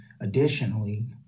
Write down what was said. Additionally